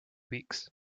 weeks